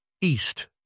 east